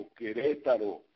Querétaro